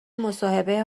مصاحبه